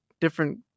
different